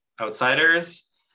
outsiders